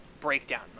breakdown